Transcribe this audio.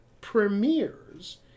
premieres